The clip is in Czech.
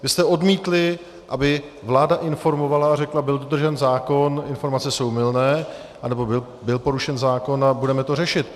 Vy jste odmítli, aby vláda informovala, řekla: byl dodržen zákon, informace jsou mylné, anebo byl porušen zákon a budeme to řešit.